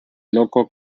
loco